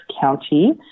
County